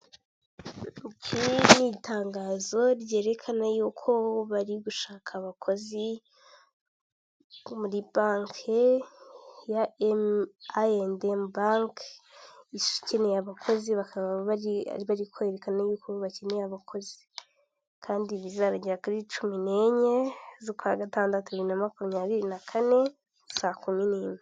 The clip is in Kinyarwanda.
Umuhanda w'umukara aho uganisha ku bitaro byitwa Sehashiyibe, biri mu karere ka Huye, aho hahagaze umuntu uhagarika imodoka kugirango babanze basuzume icyo uje uhakora, hakaba hari imodoka nyinshi ziparitse.